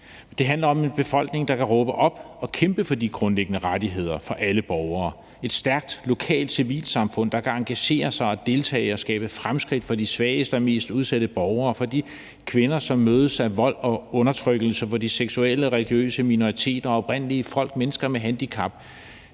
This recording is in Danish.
Det handler om en befolkning, der kan råbe op og kæmpe for de grundlæggende rettigheder for alle borgere: et stærkt lokalt civilsamfund, der kan engagere sig og deltage og skabe fremskridt for de svageste og mest udsatte borgere og for de kvinder, som mødes af vold og undertrykkelse, for de seksuelle og religiøse minoriteter og oprindelige folk og mennesker med handicap.